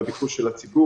בביקוש של הציבור.